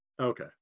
Okay